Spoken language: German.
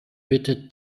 bitte